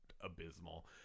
abysmal